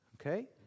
okay